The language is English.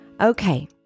Okay